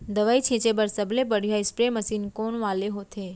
दवई छिंचे बर सबले बढ़िया स्प्रे मशीन कोन वाले होथे?